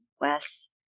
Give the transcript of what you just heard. Wes